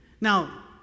now